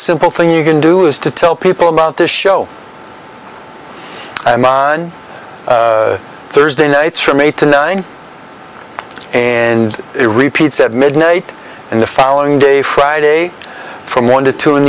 simple thing you can do is to tell people about the show i am on thursday nights from eight to nine and it repeats at midnight and the following day friday from one to two in